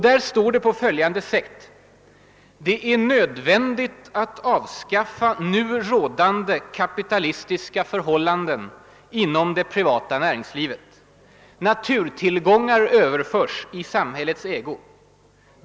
Där står på följande sätt: »Det är nödvändigt att avskaffa nu rådande kapitalistiska förhållanden inom det privata näringslivet. Naturtillgångar överförs i samhällets ägo.